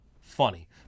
funny